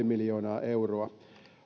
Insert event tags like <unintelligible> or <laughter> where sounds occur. <unintelligible> miljoonaa euroa